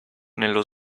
nello